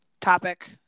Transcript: topic